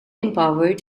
empowered